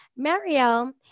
Marielle